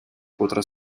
potrà